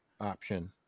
option